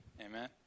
Amen